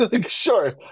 sure